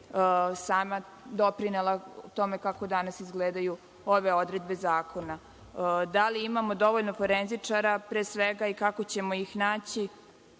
sama doprinela tome kako danas izgledaju ove odredbe zakona. Da li imamo dovoljno forenzičara i kako ćemo ih naći?